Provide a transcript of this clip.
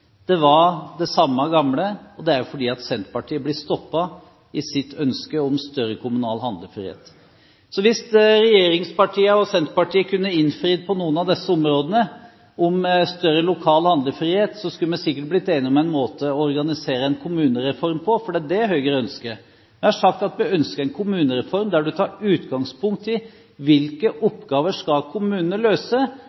Det var det samme gamle – og det er jo fordi Senterpartiet blir stoppet i sitt ønske om større kommunal handlefrihet. Så hvis regjeringspartiene og Senterpartiet kunne innfridd på noen av disse områdene – om større lokal handlefrihet – skulle vi sikkert blitt enige om en måte å organisere en kommunereform på, for det er dét Høyre ønsker. Jeg har sagt at vi ønsker en kommunereform der man tar utgangspunkt i: Hvilke